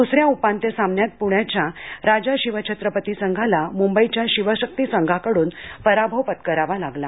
दुस या उपांत्य सामन्यात प्ण्याच्या राजा शिवछत्रपती संघाला मुंबईच्या शिवशक्ती संघाकड्न पराभव पत्कारावा लागला